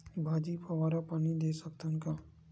भाजी फवारा पानी दे सकथन का?